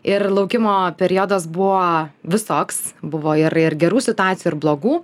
ir laukimo periodas buvo visoks buvo ir ir gerų situacijų ir blogų